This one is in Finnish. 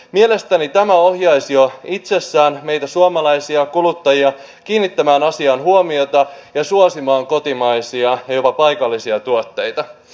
mielestäni tämä ohjaisi jo itsessään meitä suomalaisia kuluttajia kiinnittämään asiaan huomiota ja suosimaan kotimaisia ja jopa paikallisia tuotteita